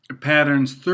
Patterns